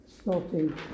starting